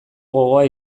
gogoa